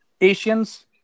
Asians